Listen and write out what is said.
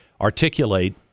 articulate